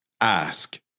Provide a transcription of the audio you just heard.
ask